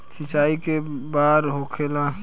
सिंचाई के बार होखेला?